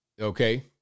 okay